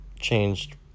changed